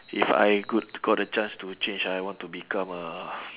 if I could got a chance to change I want to become a